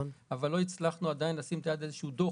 אבל לא הצלחנו עדיין לשים את היד על דוח,